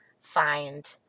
find